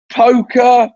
poker